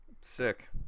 Sick